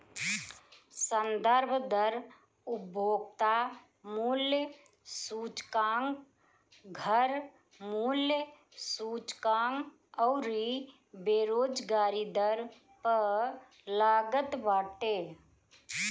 संदर्भ दर उपभोक्ता मूल्य सूचकांक, घर मूल्य सूचकांक अउरी बेरोजगारी दर पअ लागत बाटे